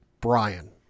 Brian